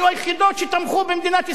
היו היחידות שתמכו במדינת ישראל,